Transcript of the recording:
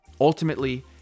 Ultimately